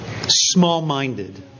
small-minded